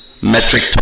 metric